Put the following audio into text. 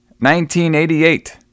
1988